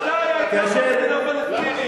כאשר, כאשר מלך, מתי היתה פה מדינה פלסטינית?